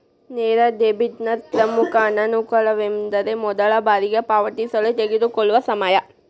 ನೇರ ಡೆಬಿಟ್ನ ಪ್ರಮುಖ ಅನಾನುಕೂಲವೆಂದರೆ ಮೊದಲ ಬಾರಿಗೆ ಪಾವತಿಸಲು ತೆಗೆದುಕೊಳ್ಳುವ ಸಮಯ